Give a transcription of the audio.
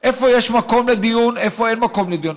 איפה יש מקום לדיון, איפה אין מקום לדיון.